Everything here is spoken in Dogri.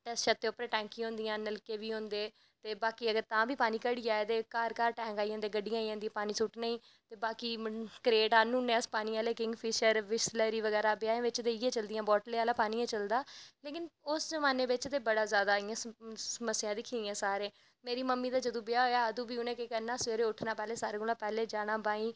शत्तें उप्पर टैंकियां होंदियां नलके बी होंदे ते तां बी पानी घटी जाए घर घर गड्डियां आई जंदियां पानी सुट्टनें गी ते बाकी क्रेट आह्नी ओड़ने अस पानी आह्ले किंगफिशर बिसलरी बगैरा ब्याहें च इयै चलदियां बॉटलें आह्ला पानी गै चलदा लेकिन उस जमाने च ते इयां बड़ी स्मस्यां दिक्की दियां सारें मेरी ममी दा जदूं ब्याह् होया उनें केह् करना उट्ठनां सारें कोला दा उनें पैह्लें जाना बाईं